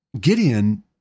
Gideon